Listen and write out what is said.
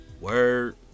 word